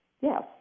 Yes